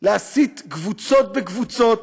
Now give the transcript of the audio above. להסית קבוצות בקבוצות,